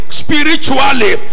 spiritually